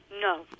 No